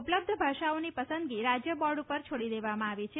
ઉપલબ્ધ ભાષાઓની પસંદગી રાજ્ય બોર્ડ પર છોડી દેવામાં આવી છે